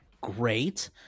great